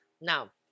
Now